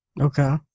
Okay